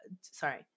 sorry